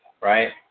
right